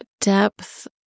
depth